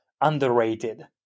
underrated